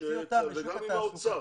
וגם עם האוצר.